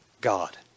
God